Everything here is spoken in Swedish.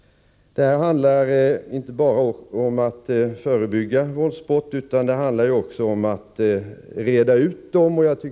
Det handlar inte bara om att förebygga våldsbrott utan också om att reda ut dem.